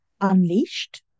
Unleashed